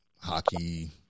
hockey